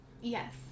yes